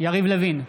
יריב לוין,